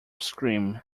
scream